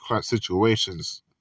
situations